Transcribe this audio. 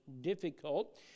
difficult